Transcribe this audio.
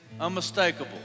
unmistakable